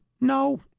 No